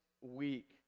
week